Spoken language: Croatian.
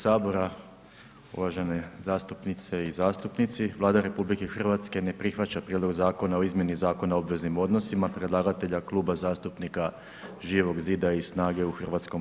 Uvažene zastupnice i zastupnici, Vlada RH ne prihvaća prijedlog Zakona o izmjeni Zakona o obveznim odnosima predlagatelja Kluba zastupnika Živog Zida i SNAGA-e u HS.